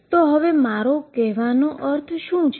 અહીં મારો કહેવાનો અર્થ શું છે